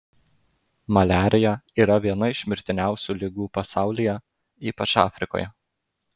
maliarija yra viena iš mirtiniausių ligų pasaulyje ypač afrikoje